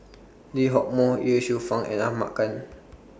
Lee Hock Moh Ye Shufang and Ahmad Khan